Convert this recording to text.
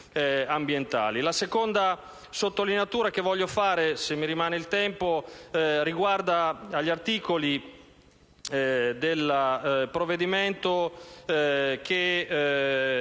La seconda considerazione che voglio fare, se mi rimane il tempo, riguarda gli articoli del provvedimento che